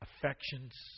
affections